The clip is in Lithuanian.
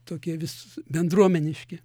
tokie vis bendruomeniški